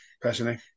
personally